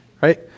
right